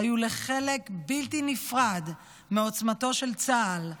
היו לחלק בלתי נפרד מעוצמתו של צה"ל,